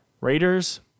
Raiders